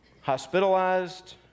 hospitalized